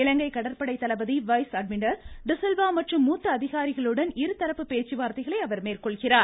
இலங்கை கடற்படை தளபதி vice admiral De Silva மற்றும் மூத்த அதிகாரிகளுடன் இருதரப்பு பேச்சுவார்த்தைகளை அவர் மேற்கொள்கிறார்